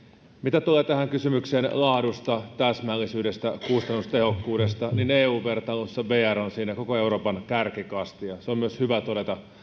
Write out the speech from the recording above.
mitä tulee tähän kysymykseen laadusta täsmällisyydestä kustannustehokkuudesta niin eu vertailussa vr on koko euroopan kärkikastia ja se on myös hyvä todeta